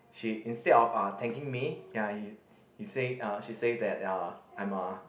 she instead of uh thanking me ya he he say uh she say that uh I'm a